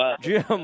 Jim